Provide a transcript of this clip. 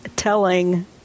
Telling